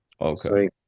okay